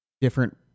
different